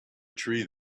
tree